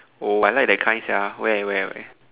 oh I like that kind sia where where where